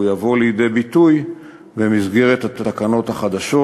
והוא יבוא לידי ביטוי במסגרת התקנות החדשות